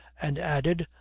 and added,